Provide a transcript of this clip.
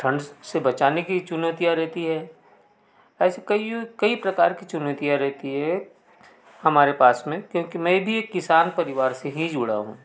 ठंड से बचाने की चुनौतियाँ रहती है ऐसे कईयों कई प्रकार की चुनौतियाँ रहती है हमारे पास में क्योंकि मैं भी एक किसान परिवार से ही जुड़ा हूँ